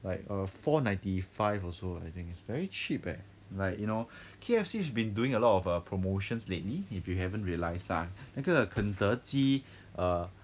like err four ninety five also I think it's very cheap leh like you know K_F_C it's been doing a lot of err promotions lately if you haven't realised ah 那个肯德基 err